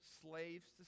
slaves